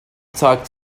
talk